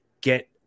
get